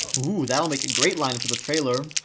ooh, that'll make a great line for the trailer!